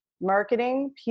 Marketing